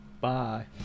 Bye